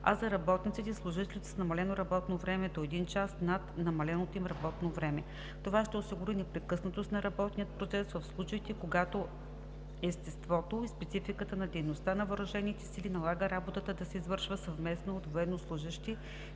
а за работници и служители с намалено работно време – до 1 час над намаленото им работно време. Това ще осигури непрекъснатост на работния процес в случаите, когато естеството и спецификата на дейността на въоръжените сили налага работата да се извършва съвместно от военнослужещи